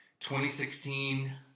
2016